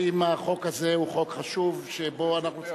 האם החוק הזה הוא חוק חשוב שבו אנחנו צריכים,